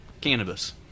cannabis